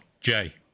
Jay